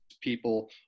people